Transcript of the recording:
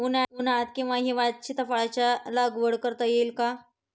उन्हाळ्यात किंवा हिवाळ्यात सीताफळाच्या लागवड करता येईल का?